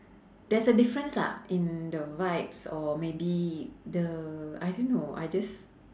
there's a difference lah in the vibes or maybe the I don't know I just